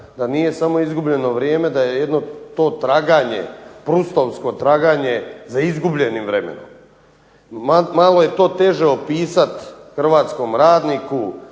da nije samo izgubljeno vrijeme, da je jedno to traganje, Prustovsko traganje za izgubljenim vremenom. Malo je to teže opisat hrvatskom radniku,